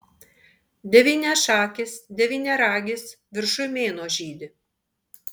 devyniašakis devyniaragis viršuj mėnuo žydi